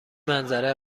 منظره